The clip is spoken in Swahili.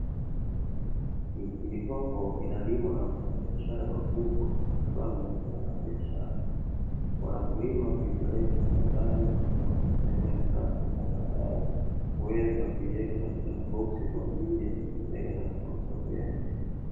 Pilipili hoho inalimwa na wafanyabiashara wakubwa kwa sababu ni zao la biashara. Wanapolima huipeleka kiwandani na kuifanyia usafi na baadae, huweza kiweka katika maboksi kwa ajili ya kuipeleka katika masoko ya nje.